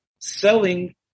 selling